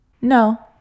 No